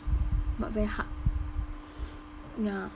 but very hard ya